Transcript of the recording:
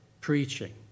preaching